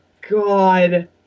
God